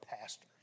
pastors